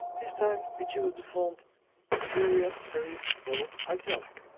this time we choose the font averia serif bold italic.